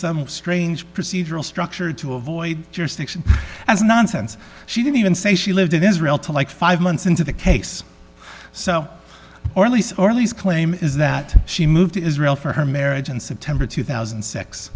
some strange procedural structure to avoid jurisdiction as nonsense she didn't even say she lived in israel to like five months into the case so or at least or at least claim is that she moved to israel for her marriage in september two thousand